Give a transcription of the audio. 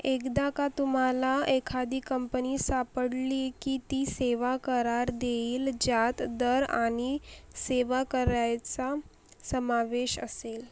एकदा का तुम्हाला एखादी कंपनी सापडली की ती सेवाकरार देईल ज्यात दर आणि सेवा करायचा समावेश असेल